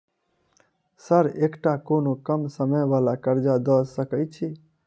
Sir एकटा कोनो कम समय वला कर्जा दऽ सकै छी?